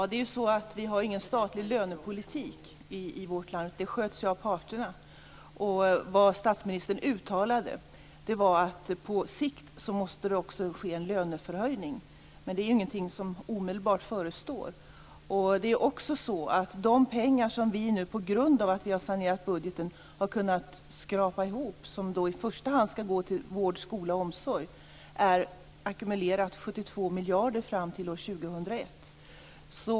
Fru talman! Vi har ingen statlig lönepolitik i vårt land, den sköts av parterna. Vad statsministern uttalade var att det på sikt måste ske en löneförhöjning, men det är ingenting som omedelbart förestår. De pengar som vi till följd av att vi har sanerat budgeten har kunnat skrapa ihop och som i första hand skall gå till vård, skola och omsorg ackumulerat uppgår till 72 miljarder fram till år 2001.